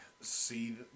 see